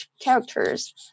characters